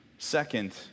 Second